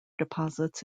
deposits